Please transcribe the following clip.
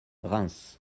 reims